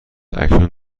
اکنون